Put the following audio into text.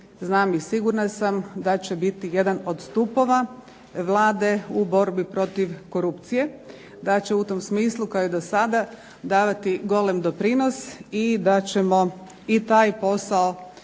i sigurna sam da će biti jedan od stupova Vlade u borbi protiv korupcije, da će u tom smislu kao i do sada davati golem doprinos, i da ćemo i taj posao